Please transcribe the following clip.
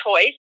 choice